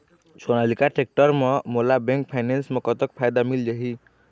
Sonalika tractor म मोला bank finance म कतक फायदा मिल जाही?